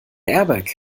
airbag